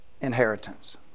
inheritance